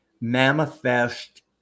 manifest